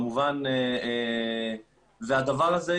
והדבר הזה,